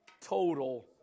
total